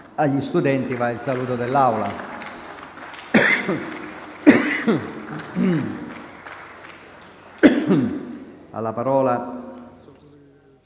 Agli studenti va il saluto dell'Assemblea.